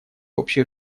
общее